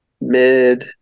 mid